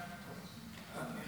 סעיפים